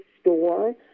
store